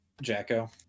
Jacko